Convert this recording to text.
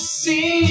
see